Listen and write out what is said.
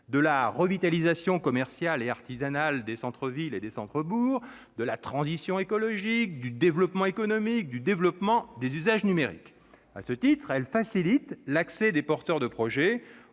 de la revitalisation commerciale et artisanale des centres-villes et des centres-bourgs, de la transition écologique, du développement économique, du développement des usages numériques. À ce titre, elle facilite l'accès des porteurs de projets